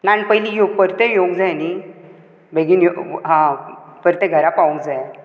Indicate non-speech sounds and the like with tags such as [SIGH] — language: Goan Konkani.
नाण पयलीं परतेंय येवंक जाय न्ही बेगीन [UNINTELLIGIBLE] हां परतें घरां पावूंक जाय